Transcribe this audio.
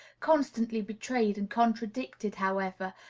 constantly betrayed and contradicted, however,